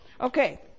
Okay